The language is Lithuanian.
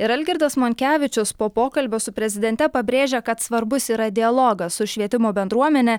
ir algirdas monkevičius po pokalbio su prezidente pabrėžė kad svarbus yra dialogas su švietimo bendruomene